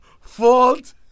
fault